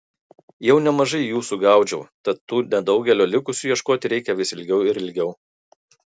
jau nemažai jų sugaudžiau tad tų nedaugelio likusių ieškoti reikia vis ilgiau ir ilgiau